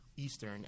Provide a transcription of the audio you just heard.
Eastern